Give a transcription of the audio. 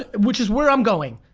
ah which is where i'm going.